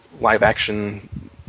live-action